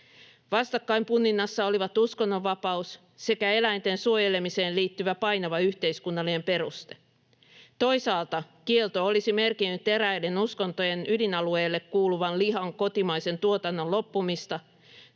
Vastakkain punninnassa olivat uskonnonvapaus sekä eläinten suojelemiseen liittyvä painava yhteiskunnallinen peruste. Toisaalta kielto olisi merkinnyt eräiden uskontojen ydinalueelle kuuluvan lihan kotimaisen tuotannon loppumista,